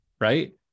right